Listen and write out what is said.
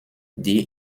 die